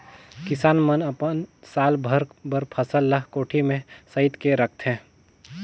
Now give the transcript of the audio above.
किसान मन अपन साल भर बर फसल ल कोठी में सइत के रखथे